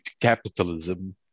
capitalism